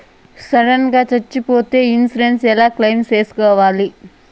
Sudden గా సచ్చిపోతే insurance ఎలా క్లెయిమ్ సేసుకోవాలి?